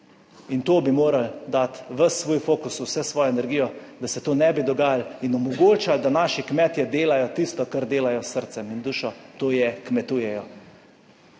in to bi morali dati ves svoj fokus, vso svojo energijo, da se to ne bi dogajalo in omogoča, da naši kmetje delajo tisto, kar delajo s srcem in dušo, to je kmetujejo.